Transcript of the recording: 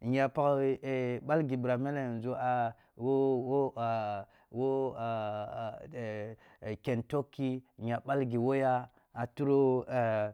Nya pagh ɓal ghi ɓira mele yanzu a wo ah ken turkey, nya ɓal ghi wo ya, a ture